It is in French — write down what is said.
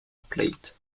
plate